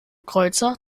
kreuzer